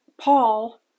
Paul